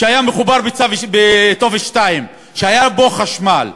שהיה מחובר עם טופס 2, שהיה בו חשמל,